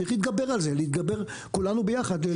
צריך להתגבר על זה, ונתגבר כולנו ביחד.